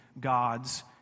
God's